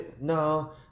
no